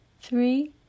three